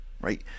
right